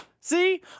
See